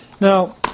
Now